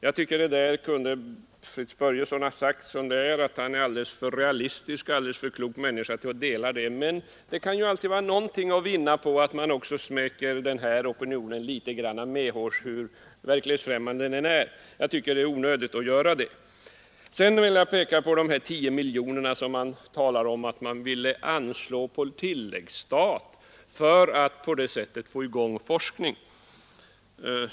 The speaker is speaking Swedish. Jag tycker att Fritz Börjesson kunde sagt som det är att han är en alldeles för realistisk och klok människa för att dela denna mening. Men det kan alltid vara något att vinna på att smeka även denna opinionen litet medhårs, tycker han, hur verklighetsfrämmande den är. Själv tycker jag det är onödigt att göra det. Sedan begär man 10 miljoner på tilläggsstat för att få i gång forskning.